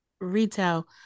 retail